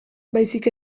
baizik